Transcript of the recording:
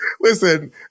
Listen